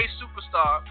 superstar